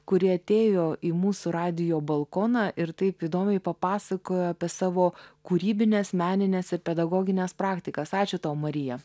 kuri atėjo į mūsų radijo balkoną ir taip įdomiai papasakojo apie savo kūrybines menines ir pedagogines praktikas ačiū tau marija